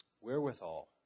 Wherewithal